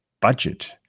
budget